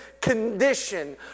condition